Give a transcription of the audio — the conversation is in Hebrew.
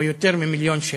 או יותר ממיליון,